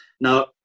Now